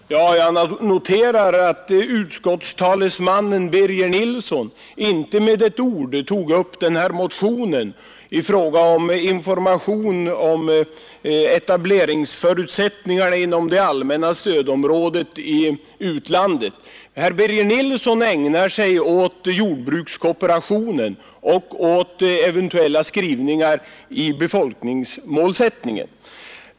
Herr talman! Jag noterar att utskottets talesman Birger Nilsson inte med ett enda ord tog upp motionen som behandlar information i utlandet om etableringsförutsättningarna inom det allmänna stödområdet. Herr Birger Nilsson ägnar sig åt jordbrukskooperationen och åt eventuella skrivningar om befolkningsmålsättningen.